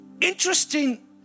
interesting